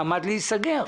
שעמד להיסגר.